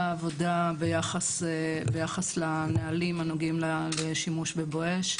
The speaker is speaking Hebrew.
עבודה ביחס לנהלים הנוגעים לשימוש ב"בואש",